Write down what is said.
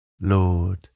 Lord